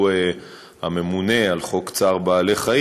שהוא הממונה על חוק צער בעלי-חיים,